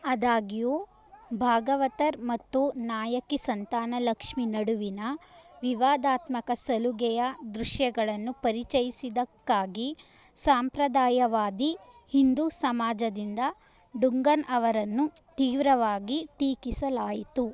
ಆದಾಗ್ಯೂ ಭಾಗವತರ್ ಮತ್ತು ನಾಯಕಿ ಸಂತಾನಲಕ್ಷ್ಮಿ ನಡುವಿನ ವಿವಾದಾತ್ಮಕ ಸಲುಗೆಯ ದೃಶ್ಯಗಳನ್ನು ಪರಿಚಯಿಸಿದಕ್ಕಾಗಿ ಸಾಂಪ್ರದಾಯವಾದಿ ಹಿಂದೂ ಸಮಾಜದಿಂದ ಡುಂಗನ್ ಅವರನ್ನು ತೀವ್ರವಾಗಿ ಠೀಕಿಸಲಾಯಿತು